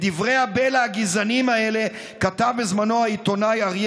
את דברי הבלע הגזעניים האלה כתב בזמנו העיתונאי אריה